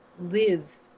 live